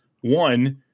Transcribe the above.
one